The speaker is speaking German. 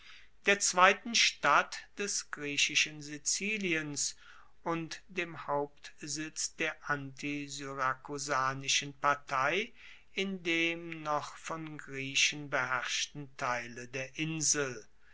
der zweiten stadt des griechischen siziliens und dem hauptsitz der antisyrakusanischen partei in dem noch von griechen beherrschten teile der insel